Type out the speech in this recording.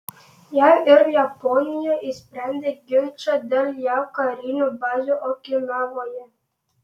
jav ir japonija išsprendė ginčą dėl jav karinių bazių okinavoje